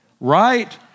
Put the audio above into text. Right